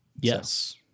Yes